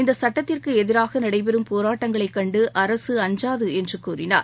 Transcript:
இந்தக் சுட்டத்திற்கு எதிராக நடைபெறும் போராட்டங்களைக் கண்டு அரசு அஞ்சாது என்று கூறினார்